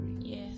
Yes